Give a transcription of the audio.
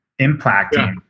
impacting